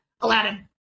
Aladdin